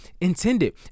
intended